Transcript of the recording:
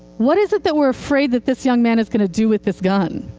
what is it that we're afraid that this young man is going to do with this gun?